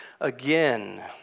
again